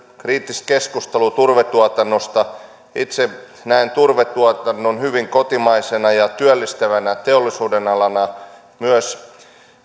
kriittistä keskustelua turvetuotannosta itse näen turvetuotannon hyvin kotimaisena ja työllistävänä teollisuudenalana myös